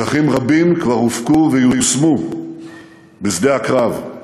לקחים רבים כבר הופקו ויושמו בשדה הקרב,